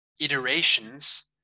iterations